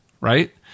right